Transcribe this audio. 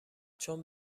چون